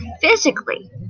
physically